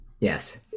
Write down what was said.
Yes